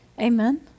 Amen